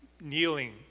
kneeling